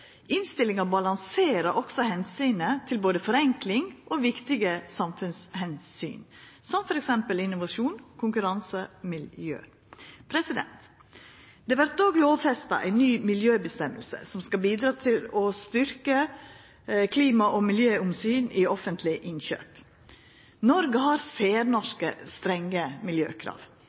Innstillinga balanserar også omsynet til forenkling og viktige samfunnsomsyn, som f.eks. innovasjon, konkurranse og miljø. Det vert òg lovfesta ei ny miljøføresegn som skal bidra til å styrkja klima- og miljøomsyna i offentlege innkjøp. Noreg har særnorske, strenge miljøkrav,